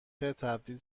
تبدیل